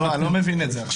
אני לא מבין את זה.